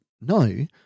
no